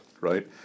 Right